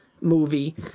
movie